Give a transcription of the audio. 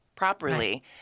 Properly